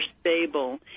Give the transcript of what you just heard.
stable